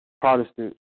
Protestant